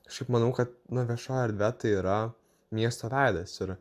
šiaip manau kad na viešoji erdvė tai yra miesto veidas ir